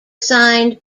signed